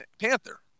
Panther